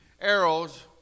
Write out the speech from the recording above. arrows